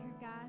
God